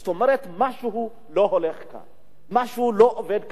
זאת אומרת, משהו לא הולך כאן, משהו לא עובד כאן.